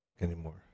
anymore